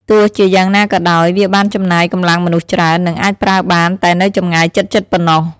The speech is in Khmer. ទោះជាយ៉ាងណាក៏ដោយ វាបានចំណាយកម្លាំងមនុស្សច្រើន និងអាចប្រើបានតែនៅចម្ងាយជិតៗប៉ុណ្ណោះ។